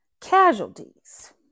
casualties